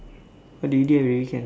what do you do on your weekend